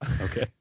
Okay